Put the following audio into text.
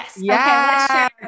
Yes